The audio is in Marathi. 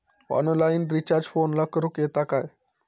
ऑनलाइन रिचार्ज फोनला करूक येता काय?